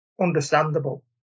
understandable